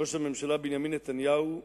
ראש הממשלה בנימין נתניהו,